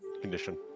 condition